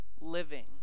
living